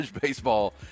baseball